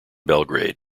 belgrade